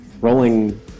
Rolling